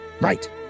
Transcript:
Right